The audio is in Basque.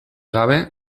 gabe